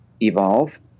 evolve